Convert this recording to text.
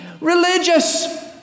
religious